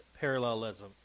parallelism